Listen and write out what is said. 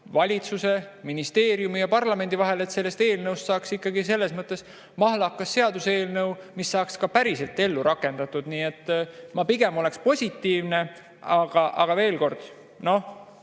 valitsuse, ministeeriumi ja parlamendi vahel, et sellest eelnõust saaks ikkagi mahlakas seaduseelnõu, mis saaks ka päriselt ellu rakendatud. Nii et ma pigem oleks positiivne. Aga veel kord: ma